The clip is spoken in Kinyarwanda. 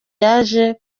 yaje